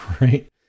right